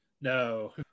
No